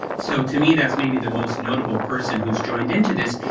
so to me that's maybe the most notable person who has joined into this,